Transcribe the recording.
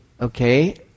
Okay